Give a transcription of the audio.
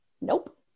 Nope